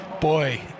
Boy